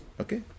Okay